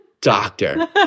doctor